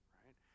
right